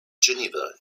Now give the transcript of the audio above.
geneva